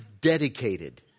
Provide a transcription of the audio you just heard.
dedicated